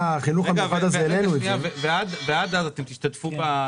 ועד אז אתם משתתפים?